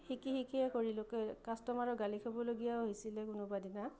শিকি শিকিয়ে কৰিলোঁ কাষ্টমাৰৰ গালি খাবলগীয়াও হৈছিলে কোনোবাদিনা